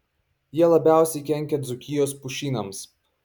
jie labiausiai kenkia dzūkijos pušynams